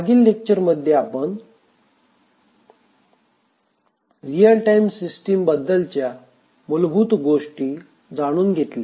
मागील लेक्चर मध्ये आपण रियल टाइम सिस्टीम बद्दलच्या मूलभूत गोष्टी जाणून घेतल्या